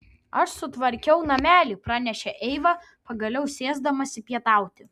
aš sutvarkiau namelį pranešė eiva pagaliau sėsdamasi pietauti